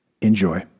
enjoy